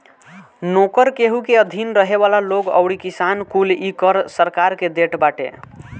नोकर, केहू के अधीन रहे वाला लोग अउरी किसान कुल इ कर सरकार के देत बाटे